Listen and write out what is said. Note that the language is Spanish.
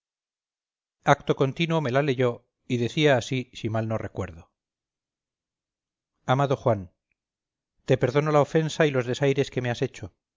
acto continuo me la leyó y decía así si mal no recuerdo amado juan te perdono la ofensa y los desaires que me has hecho